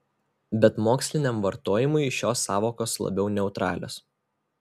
bet moksliniam vartojimui šios sąvokos labiau neutralios